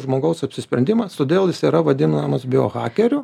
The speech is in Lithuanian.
žmogaus apsisprendimas todėl jis yra vadinamas biohakeriu